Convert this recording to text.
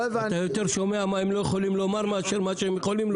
אתה שומע יותר מה הם לא יכולים לומר מאשר מה הם כן יכולים לומר.